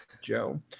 Joe